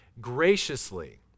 graciously